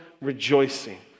rejoicing